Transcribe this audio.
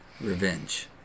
Revenge